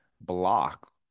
block